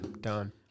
done